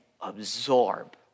absorb